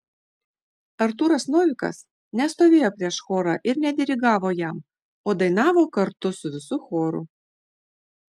artūras novikas nestovėjo prieš chorą ir nedirigavo jam o dainavo kartu su visu choru